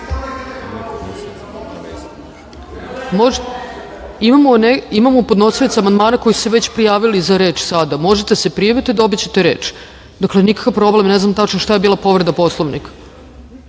Imamo podnosioce amandmana koji su se već prijavili za reč sada. Možete da se prijavite, dobićete reč. Dakle, nikakva problem, ne znam tačno šta je bila povreda Poslovnika.